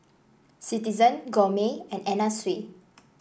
Citizen Gourmet and Anna Sui